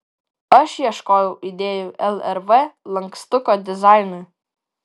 aš ieškojau idėjų lrv lankstuko dizainui